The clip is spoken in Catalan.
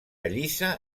llisa